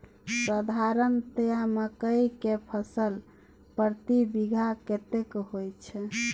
साधारणतया मकई के फसल प्रति बीघा कतेक होयत छै?